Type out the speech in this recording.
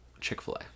Chick-fil-A